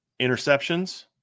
Interceptions